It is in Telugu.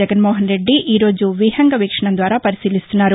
జగన్నోహన్ రెడ్డి ఈ రోజు విహంగ వీక్షణం ద్వారా పరిశీలిస్తున్నారు